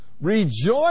Rejoice